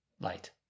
light